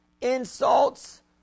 insults